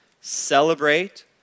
celebrate